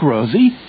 Rosie